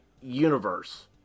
universe